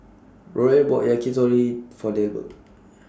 Royal bought Yakitori For Delbert